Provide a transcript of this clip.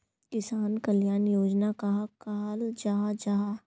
किसान कल्याण योजना कहाक कहाल जाहा जाहा?